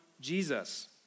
Jesus